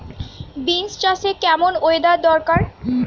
Beans চাষে কেমন weather দরকার?